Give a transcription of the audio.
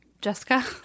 jessica